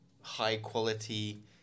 high-quality